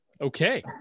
Okay